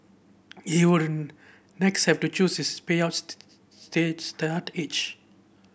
he would next have to choose his payout state start age